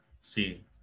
see